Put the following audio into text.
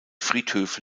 friedhöfe